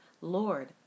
Lord